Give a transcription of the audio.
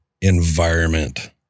environment